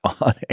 on